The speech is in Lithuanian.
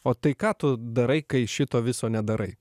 o tai ką tu darai kai šito viso nedarai